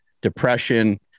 depression